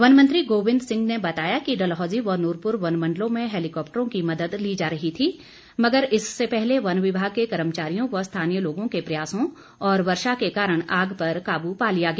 one मंत्री गोबिंद सिंह ने बताया कि डलहौजी व नूरपुर वन मंडलों में हैलीकॉप्टरों की मदद ली जा रही थी मगर इससे पहले वन विभाग के कर्मचारियों व स्थानीय लोगों के प्रयासों और वर्षा के कारण आग पर काबू पा लिया गया